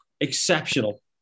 Exceptional